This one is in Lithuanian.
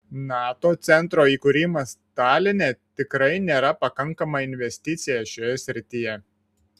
nato centro įkūrimas taline tikrai nėra pakankama investicija šioje srityje